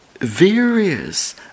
various